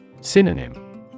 Synonym